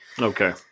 Okay